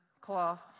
cloth